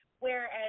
Whereas